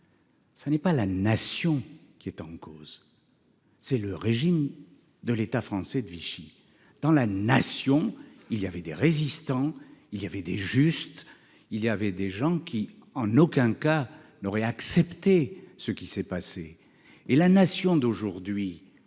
Ça n'est pas la nation qui est en cause. C'est le régime de l'état français de Vichy dans la nation. Il y avait des résistants. Il y avait des juste il y avait des gens qui en aucun cas n'aurait accepté ce qui s'est passé et la nation d'aujourd'hui